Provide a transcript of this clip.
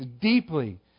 deeply